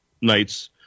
nights